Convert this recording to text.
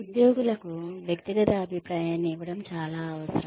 ఉద్యోగులకు వ్యక్తిగత అభిప్రాయాన్ని ఇవ్వడం చాలా అవసరం